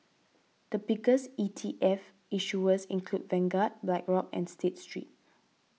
the biggest E T F issuers include Vanguard Blackrock and State Street